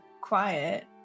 quiet